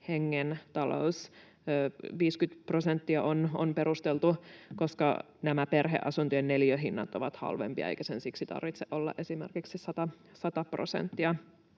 hengen talous. 50 prosenttia on perusteltu, koska perheasuntojen neliöhinnat ovat halvempia, eikä sen siksi tarvitse olla esimerkiksi 100 prosenttia.